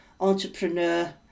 entrepreneur